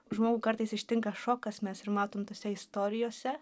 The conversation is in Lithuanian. žmogų kartais ištinka šokas mes ir matom tose istorijose